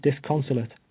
disconsolate